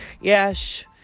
Yes